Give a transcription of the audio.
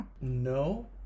no